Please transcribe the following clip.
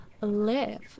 live